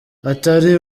atari